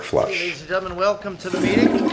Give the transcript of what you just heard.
sort of and welcome to the meeting.